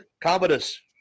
Commodus